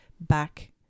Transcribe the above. back